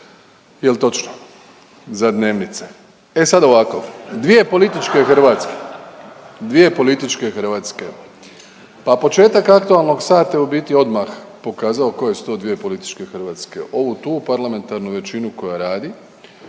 Jel' točno? Za dnevnice. E sad ovako, dvije političke Hrvatske, dvije političke Hrvatske. Pa početak aktualnog sata je u biti odmah pokazao koje su to dvije političke Hrvatske. Ovu tu parlamentarnu većinu koja radi,